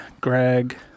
Greg